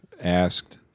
asked